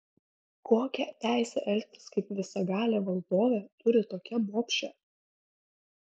kokią teisę elgtis kaip visagalė valdovė turi tokia bobšė